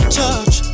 touch